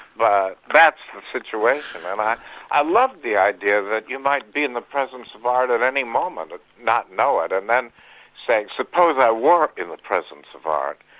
but that's the situation. and i i love the idea that you might be in the presence of art at any moment, and ah not know it and then say, suppose i were in the presence of art,